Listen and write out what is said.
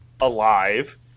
alive